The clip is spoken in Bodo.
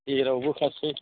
जेरावबो खासै